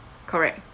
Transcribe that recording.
correct